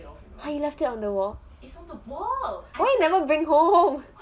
!huh! you left it on the wall why you never bring home